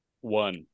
One